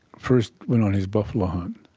first went on his buffalo hunt,